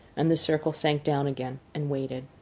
and the circle sank down again and waited.